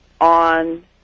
on